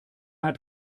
hat